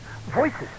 Voices